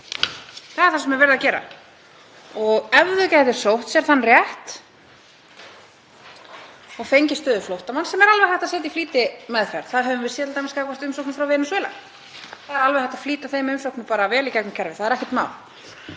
Það er það sem er verið að gera. Ef þau gætu sótt sér þann rétt og fengið stöðu flóttamanns, sem er alveg hægt að setja í flýtimeðferð, það höfum við séð t.d. gagnvart umsóknum frá Venesúela, það er alveg hægt að flýta þeim umsóknum vel í gegnum kerfið, það er ekkert mál